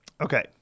Okay